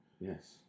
Yes